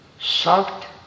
soft